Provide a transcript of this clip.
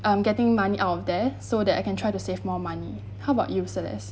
um getting money out of there so that I can try to save more money how about you selez